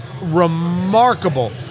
remarkable